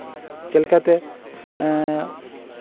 ᱪᱮᱫ ᱞᱮᱠᱟᱛᱮ